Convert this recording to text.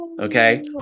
Okay